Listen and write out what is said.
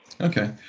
okay